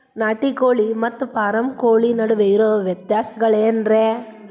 ನಾಟಿ ಕೋಳಿ ಮತ್ತ ಫಾರಂ ಕೋಳಿ ನಡುವೆ ಇರೋ ವ್ಯತ್ಯಾಸಗಳೇನರೇ?